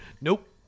Nope